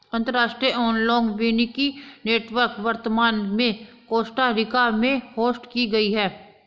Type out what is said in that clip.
अंतर्राष्ट्रीय एनालॉग वानिकी नेटवर्क वर्तमान में कोस्टा रिका में होस्ट की गयी है